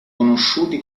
conosciuti